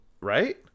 Right